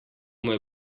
moj